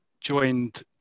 joined